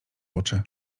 oczy